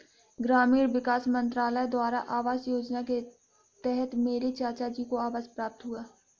ग्रामीण विकास मंत्रालय द्वारा आवास योजना के तहत मेरे चाचाजी को आवास प्राप्त हुआ